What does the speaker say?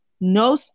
No